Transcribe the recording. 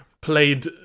played